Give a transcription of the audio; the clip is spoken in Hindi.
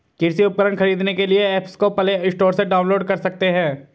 कृषि उपकरण खरीदने के लिए एप्स को प्ले स्टोर से डाउनलोड कर सकते हैं